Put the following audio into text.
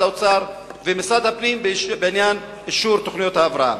האוצר ומשרד הפנים בעניין אישור תוכניות ההבראה?